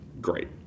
Great